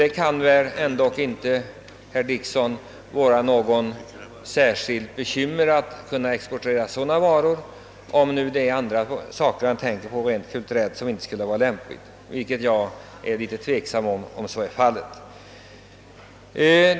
Det kan väl, herr Dickson, ändå inte bli anledning till några särskilda bekymmer, om Sverige exporterar jordbruksprodukter. Om han sedan anser att andra utbyten med Östtyskland inte skulle vara lämpliga, vilket jag knappast tror, är en helt annan sak.